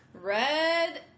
Red